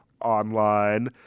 online